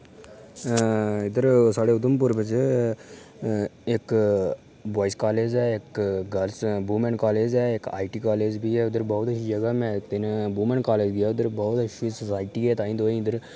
इद्धर साढ़े उधमपुर बिच इक बुआएज कालेज ऐ इक गर्लस वूमैन कालेज ऐ इक आईटी कालेज बी ऐ उद्धर बहुत अच्छी जगह् ऐ मैं इक दिन वूमैन कालेज गेआ उद्धर बहुत अच्छी सोसाइटी ऐ ताहीं तुआहीं इद्धर